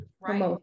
right